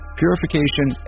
purification